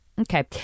okay